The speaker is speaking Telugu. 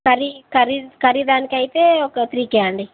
కర్రీ కర్రీ కర్రీ దానికి అయితే ఒక త్రీ కే అండి